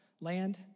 Land